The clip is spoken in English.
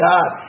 God